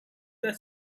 the